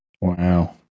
Wow